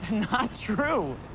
not true.